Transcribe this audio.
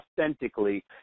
authentically